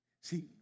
See